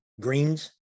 greens